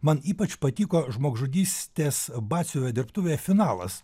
man ypač patiko žmogžudystės batsiuvio dirbtuvėje finalas